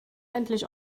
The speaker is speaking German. endlich